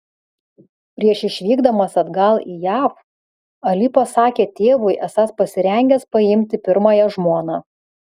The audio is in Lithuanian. prieš išvykdamas atgal į jav ali pasakė tėvui esąs pasirengęs paimti pirmąją žmoną